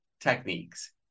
techniques